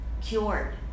cured